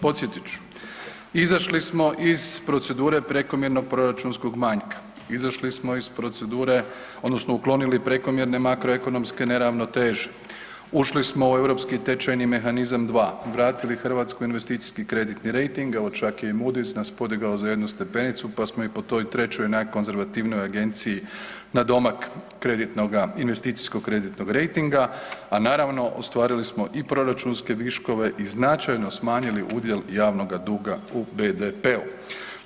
Podsjetit ću, izašli smo iz procedure prekomjernog proračunskog manjka, izašli smo iz procedure odnosno uklonili prekomjerne makro ekonomske neravnoteže, ušli smo u Europski tečajni mehanizam 2, vratili Hrvatskoj investicijski kreditni rejting, evo čak je i Moody's nas podigao za jednu stepenicu, pa smo i po toj trećoj najkonzervativnijoj agenciji nadomak kreditnoga, investicijskog kreditnog rejtinga, a naravno ostvarili smo i proračunske viškove i značajno smanjili udjel javnoga duga u BDP-u.